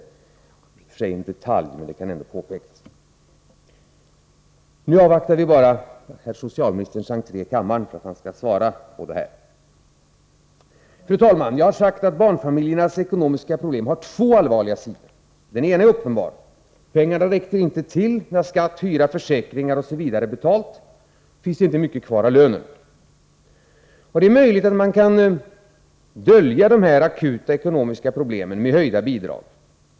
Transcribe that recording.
Det är i och för sig en detalj, men det kan ändå påpekas. Nu avvaktar vi bara herr socialministerns entré i kammaren för att han skall svara på dessa frågor. Fru talman! Jag har sagt att barnfamiljernas ekonomiska problem har två allvarliga sidor. Den ena är uppenbar. Pengarna räcker inte till. När skatten, hyran, försäkringar osv. är betalda är det inte mycket kvar av lönen. Det är möjligt att man kan dölja dessa akuta ekonomiska problem med höjda bidrag.